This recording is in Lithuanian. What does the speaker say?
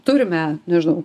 turime nežinau